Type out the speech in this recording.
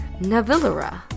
Navillera